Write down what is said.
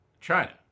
China